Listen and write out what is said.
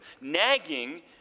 Nagging